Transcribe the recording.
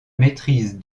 maîtrise